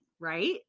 right